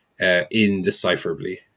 indecipherably